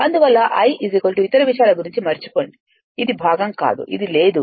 అందువల్ల I ఇతర విషయాల గురించి మరచిపోండి ఇది భాగం కాదు ఇది లేదు ఏమీ లేదు